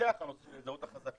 כשמתפתח הנושא של זהות חזקה,